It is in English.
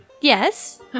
yes